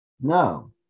No